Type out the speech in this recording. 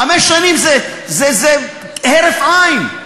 חמש שנים זה הרף עין.